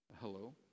Hello